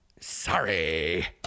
Sorry